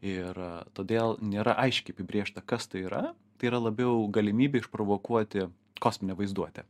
ir todėl nėra aiškiai apibrėžta kas tai yra tai yra labiau galimybė išprovokuoti kosminę vaizduotę